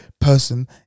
person